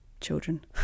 children